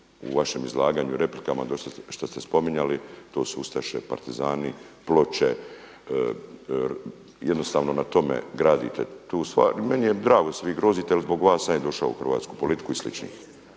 u vašem izlaganju i replikama što ste spominjali to su ustaše, partizani, ploče, jednostavno na tome gradite tu stvar. I meni je drago da se vi grozite jel zbog vas sam ja i došao u hrvatsku politiku i